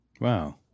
Wow